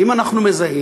אם אנחנו מזהים,